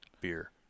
beer